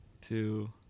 Two